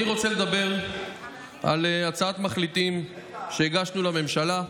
אני רוצה לדבר על הצעת מחליטים שהגשנו לממשלה,